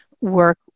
work